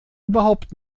überhaupt